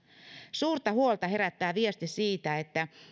suurta huolta herättää viesti siitä että